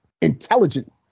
intelligent